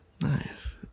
Nice